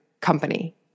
company